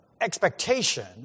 expectation